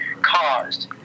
caused